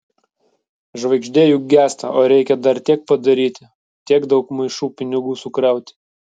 žvaigždė juk gęsta o reikia dar tiek padaryti tiek daug maišų pinigų sukrauti